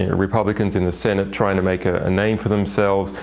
ah republicans in the senate trying to make a a name for themselves,